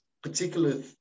particular